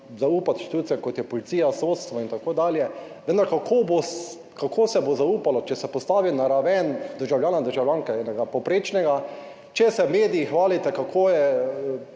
zaupati, institucijam kot je policija, sodstvo, in tako dalje, vendar kako bo, kako se bo zaupalo, če se postavi na raven državljana, državljanke, enega povprečnega, če se mediji hvalite, kako je,